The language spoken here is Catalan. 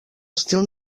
estil